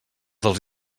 dels